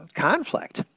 conflict